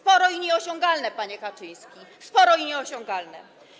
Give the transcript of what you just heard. Sporo i nieosiągalne, panie Kaczyński, sporo i nieosiągalne.